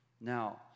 Now